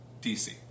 DC